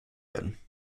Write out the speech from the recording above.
werden